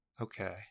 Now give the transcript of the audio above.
okay